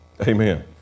Amen